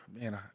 man